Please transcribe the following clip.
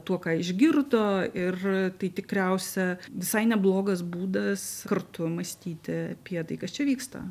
tuo ką išgirdo ir tai tikriausia visai neblogas būdas kartu mąstyti apie tai kas čia vyksta